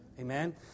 amen